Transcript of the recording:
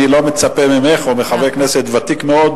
אני לא מצפה ממך או מחבר כנסת ותיק מאוד